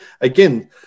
again